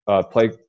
play